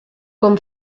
com